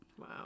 Wow